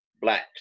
Black